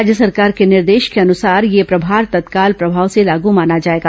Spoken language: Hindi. राज्य सरकार के निर्देश के अनुसार यह प्रभार तत्काल प्रभाव से लागू माना जाएगा